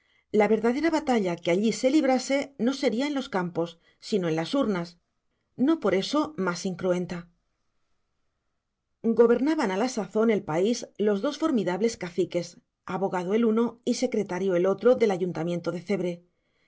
la verdadera batalla que allí se librase no sería en los campos sino en las urnas no por eso más incruenta gobernaban a la sazón el país los dos formidables caciques abogado el uno y secretario el otro del ayuntamiento de cebre